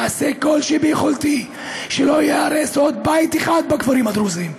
אעשה כל שביכולתי שלא ייהרס עוד בית אחד בכפרים הדרוזיים.